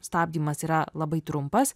stabdymas yra labai trumpas